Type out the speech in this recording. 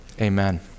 amen